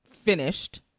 finished